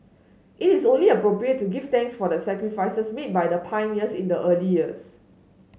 it is only appropriate to give thanks for the sacrifices made by the pioneers in the early years